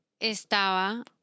Estaba